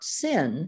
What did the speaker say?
sin